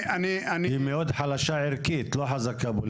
היא מאוד חלשה ערכית, לא חזקה פוליטית.